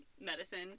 medicine